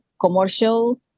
commercial